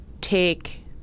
take